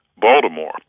Baltimore